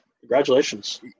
Congratulations